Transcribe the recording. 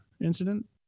incident